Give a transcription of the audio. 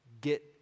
Get